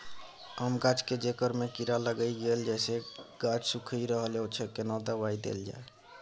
आम गाछ के जेकर में कीरा लाईग गेल जेसे गाछ सुइख रहल अएछ केना दवाई देल जाए?